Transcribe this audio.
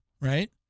right